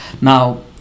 Now